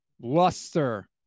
luster